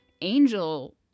Angel